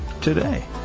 today